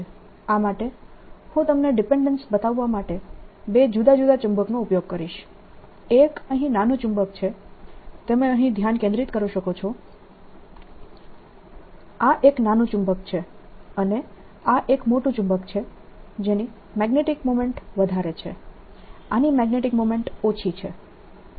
આ માટે હું તમને ડિપેન્ડેન્સ બતાવવા માટે બે જુદા જુદા ચુંબકનો ઉપયોગ કરીશ એક અહીં નાનું ચુંબક છે તમે અહીં ધ્યાન કેન્દ્રિત કરી શકો છો આ એક નાનું ચુંબક છે અને આ એક મોટું ચુંબક છે જેની મેગ્નેટીક મોમેન્ટ વધારે છે આની મેગ્નેટીક મોમેન્ટ ઓછી છે